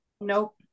Nope